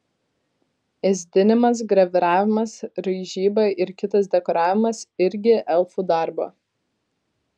ėsdinimas graviravimas raižyba ir kitas dekoravimas irgi elfų darbo